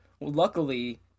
luckily